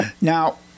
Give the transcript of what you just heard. Now